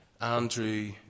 Andrew